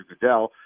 Goodell